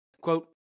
quote